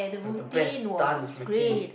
so is the best dance routine